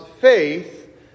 faith